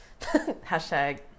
Hashtag